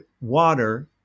water